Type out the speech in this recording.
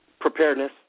Preparedness